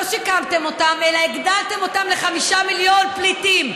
לא שיקמתם אותם אלא הגדלתם אותם ל-5 מיליון פליטים.